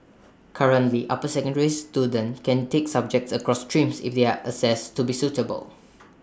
currently upper secondary students can take subjects across streams if they are assessed to be suitable